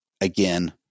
Again